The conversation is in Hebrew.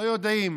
לא יודעים,